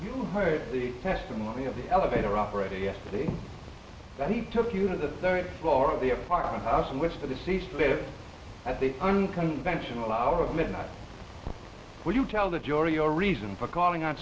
you heard the testimony of the elevator operator yesterday that he took you to the third floor of the apartment house in which the deceased stated at the unconventional hour of midnight would you tell the jury your reason for calling on